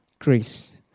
Grace